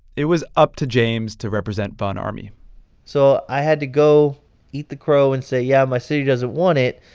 it was up to james to represent von ormy so i had to go eat the crow and say, yeah, my city doesn't want it,